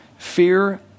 Fear